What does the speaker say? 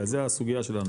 כי על זה הסוגייה שלנו,